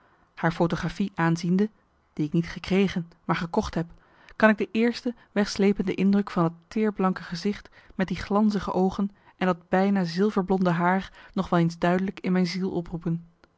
haar photographie aanziende die ik niet gekregen maar gekocht heb kan ik de eerste wegsleepende indruk van dat teerblanke gezicht met die glanzige oogen en dat bijna zilverblonde haar nog wel eens duidelijk in mijn ziel oproepen